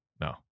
No